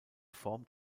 formt